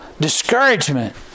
Discouragement